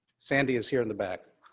sandy is here in the back.